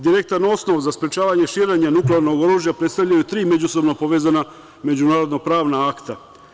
Direktan osnov za sprečavanje širenja nuklearnog oružja predstavljaju tri međusobno povezana međunarodno-pravna akta.